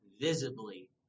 visibly